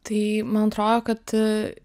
tai man atrodo kad